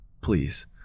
Please